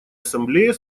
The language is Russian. ассамблея